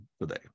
today